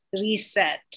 reset